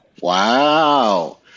Wow